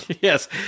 Yes